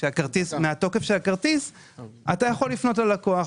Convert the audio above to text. שהכרטיס עומד לפוג, אתה יכול לפנות ללקוח.